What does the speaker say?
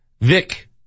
Vic